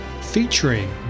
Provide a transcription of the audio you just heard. featuring